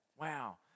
Wow